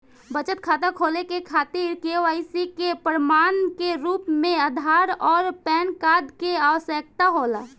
बचत खाता खोले के खातिर केवाइसी के प्रमाण के रूप में आधार आउर पैन कार्ड के आवश्यकता होला